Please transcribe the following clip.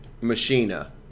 Machina